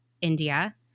India